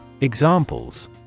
Examples